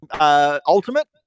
Ultimate